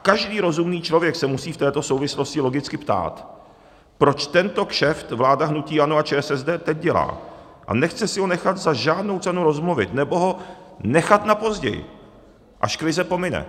Každý rozumný člověk se musí v této souvislosti logicky ptát, proč tento kšeft vláda hnutí ANO a ČSSD teď dělá a nechce si ho nechat za žádnou cenu rozmluvit nebo ho nechat na později, až krize pomine.